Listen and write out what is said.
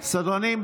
סדרנים,